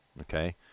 okay